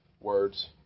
words